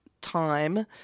time